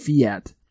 fiat